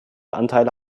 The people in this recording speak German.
anteile